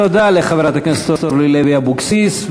תודה לחברת הכנסת אורלי לוי אבקסיס.